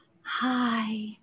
Hi